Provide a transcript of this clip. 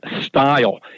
style